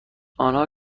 آنها